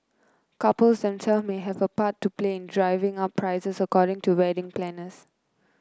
couples themselves may have a part to play in driving up prices according to wedding planners